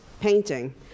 painting